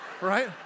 right